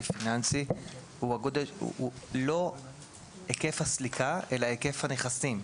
לפיננסי הוא לא היקף הסליקה אלא היקף הנכסים.